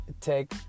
Take